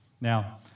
Now